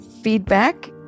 feedback